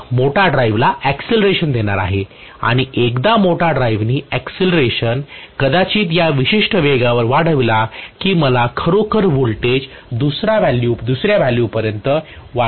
torque motor ड्राईव्हला acceleration देणार आहे आणि एकदा मोटार ड्राईव्हने अक्सिलेरेशन कदाचित एका विशिष्ठ वेगावर वाढविला की मला खरोखर वोल्टेज दुसऱ्या व्हॅल्यूपर्यंत वाढवणे आवडेल